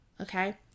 Okay